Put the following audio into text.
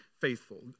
faithful